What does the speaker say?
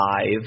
five